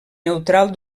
neutral